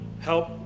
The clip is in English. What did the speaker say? help